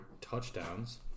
touchdowns